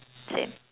same